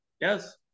Yes